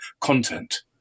content